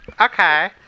Okay